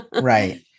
Right